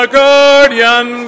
guardian